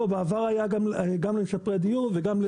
לא, בעבר היה גם למשפרי דיור, וגם לזה.